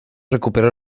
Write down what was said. recuperó